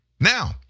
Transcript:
Now